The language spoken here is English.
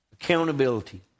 accountability